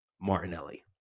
Martinelli